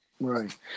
Right